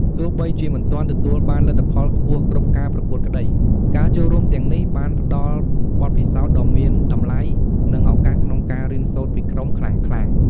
ទោះបីជាមិនទាន់ទទួលបានលទ្ធផលខ្ពស់គ្រប់ការប្រកួតក្តី ការចូលរួមទាំងនេះបានផ្ដល់បទពិសោធន៍ដ៏មានតម្លៃ និងឱកាសក្នុងការរៀនសូត្រពីក្រុមខ្លាំងៗ។